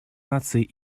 наций